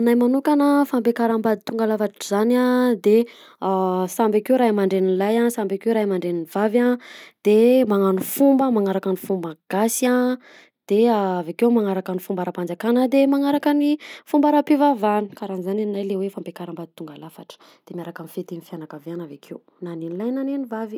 Aminah manokana fampiakaram-bady tonga lafatra zany a de samby akeo ray aman-drenin'y lahy samby akeo ray aman-drenin'y vavy a de magnano fomba magnaraka ny fomba gasy a de avy akeo magnaraka fomba aram-panjakana de magnarakan'ny fomba aram-pivavahana karaha zany ny agnay le hoe fampiakaram-bady tonga lafatra de miaraka mifety amin'ny fianakaviana avy akeo na neny lahy na neny vavy.